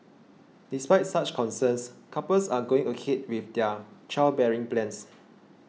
despite such concerns couples are going ahead with their childbearing plans